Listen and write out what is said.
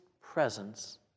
presence